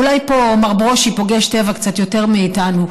אולי פה מר ברושי פוגש טבע קצת יותר מאיתנו,